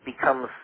becomes